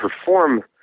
perform